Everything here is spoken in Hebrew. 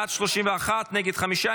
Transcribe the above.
בעד, 31, נגד, חמישה.